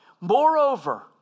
Moreover